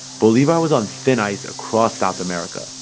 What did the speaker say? bolivar was on thin ice across south america,